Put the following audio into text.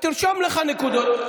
קורונה, תרשום לך נקודות.